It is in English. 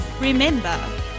Remember